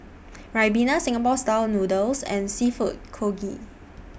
Ribena Singapore Style Noodles and Seafood Congee